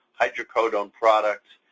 hydrocodone products,